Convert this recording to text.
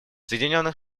соединенных